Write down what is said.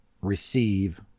receive